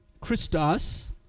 Christos